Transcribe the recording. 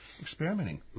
experimenting